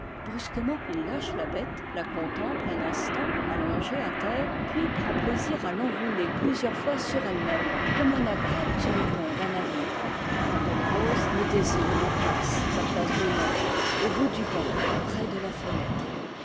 ment il lâche la bête la contemple un instant allongée à terre puis prend praisir à l'enrouler plusieurs fois sur ellemême comme un agrès sur le pont d'un navire la belle rose me désigne ma place la place d'honneur au bout du banc près de la fenêtre